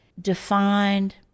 defined